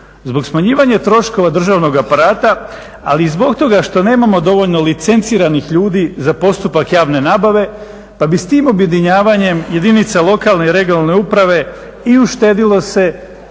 Zbog smanjivanja troškova državnog aparata, ali i zbog toga što nemamo dovoljno licenciranih ljudi za postupak javne nabave, pa bi s tim objedinjavanjem jedinice lokalne i regionalne uprave i uštedilo se